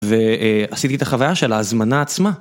ועשיתי את החוויה של ההזמנה עצמה.